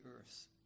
earth